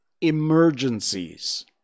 emergencies